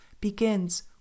begins